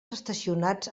estacionats